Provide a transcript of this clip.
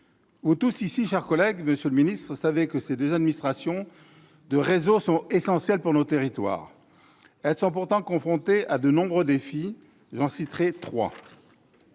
hausse des dépenses publiques. Vous tous ici savez que ces deux administrations de réseau sont essentielles pour nos territoires. Elles sont pourtant confrontées à de nombreux défis. J'en citerai trois.